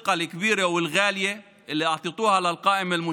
ברצוני להודות לכם על האמון הרב והיקר שנתתם ברשימה המשותפת.